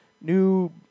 new